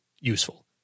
useful